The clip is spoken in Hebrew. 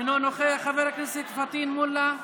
אינו נוכח, חבר הכנסת פטין מולא,